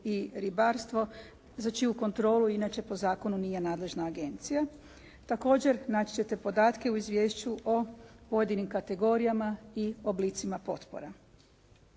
i ribarstvo za čiju kontrolu inače po zakonu nije nadležna agencija. Također naći ćete podatke u izvješću o pojedinim kategorijama i oblicima potpora.